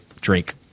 drink